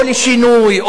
או לשינוי,